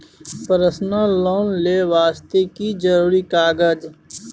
Personal loan ले वास्ते की जरुरी कागज?